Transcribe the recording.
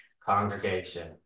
congregation